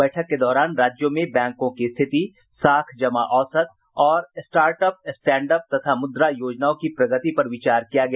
बैठक के दौरान राज्यों में बैंकों की स्थिति साख जमा औसत और स्टार्ट अप स्टैंड अप तथा मुद्रा योजनाओं की प्रगति पर विचार किया गया